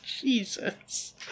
Jesus